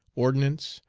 ordnance,